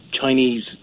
Chinese